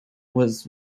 was